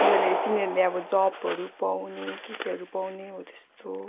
उयोले तिनीहरूले अब जबहरू पाउने के केहरू पाउने हो त्यस्तो